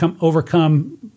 overcome